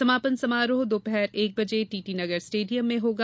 समापन समारोह दोपहर एक बजे टीटी नगर स्टेडियम में होगा